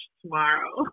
tomorrow